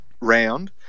round